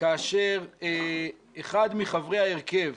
כאשר אחד מחברי ההרכב